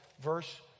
verse